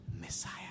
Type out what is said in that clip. Messiah